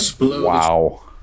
Wow